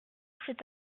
c’est